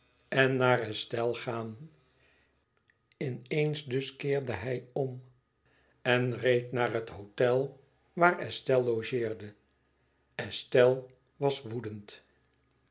en naar estelle gaan in eens dus keerde hij om en reed naar het hôtel waar estelle logeerde estelle was woedend